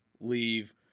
leave